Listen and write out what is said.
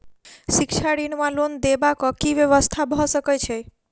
शिक्षा ऋण वा लोन देबाक की व्यवस्था भऽ सकै छै?